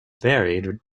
varied